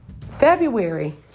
February